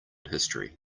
history